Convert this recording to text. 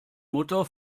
mutter